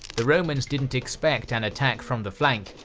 the romans didn't expect an attack from the flank,